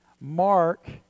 Mark